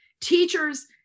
teachers